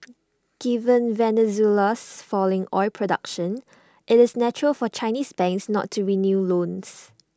given Venezuela's falling oil production it's natural for Chinese banks not to renew loans